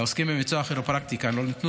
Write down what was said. לעוסקים במקצוע הכירופרקטיקה לא ניתנו